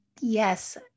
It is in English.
Yes